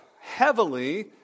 heavily